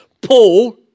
Paul